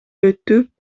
өтүп